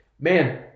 Man